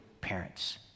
parents